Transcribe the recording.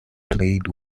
played